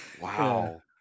Wow